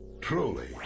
truly